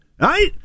Right